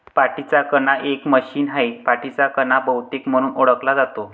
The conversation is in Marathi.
पाठीचा कणा एक मशीन आहे, पाठीचा कणा बहुतेक म्हणून ओळखला जातो